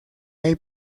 hay